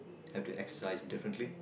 had to exercise differently